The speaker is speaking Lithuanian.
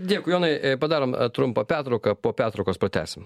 dėkui jonai padarom trumpą pertrauką po pertraukos pratęsim